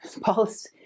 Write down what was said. Paul's